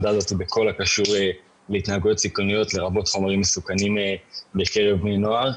בכל הקשור בהתנהגויות סיכוניות לרבות חומרים מסוכנים בקרב בני נוער.